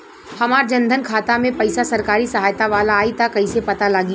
हमार जन धन खाता मे पईसा सरकारी सहायता वाला आई त कइसे पता लागी?